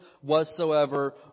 whatsoever